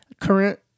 current